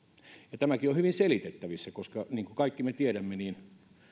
ja tämäkin on hyvin selitettävissä koska niin kuin kaikki me tiedämme